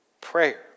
prayer